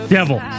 Devil